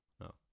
No